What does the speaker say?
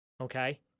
Okay